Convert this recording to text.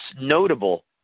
notable